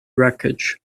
wreckage